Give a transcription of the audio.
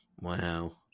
Wow